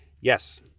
Yes